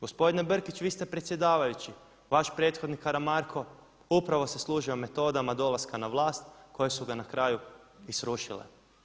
Gospodine Brkić vi ste predsjedavajući, vaš prethodnik Karamarko upravo se služio metodama dolaska na vlast koje su ga na kraju i srušile.